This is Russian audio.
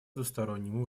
двустороннем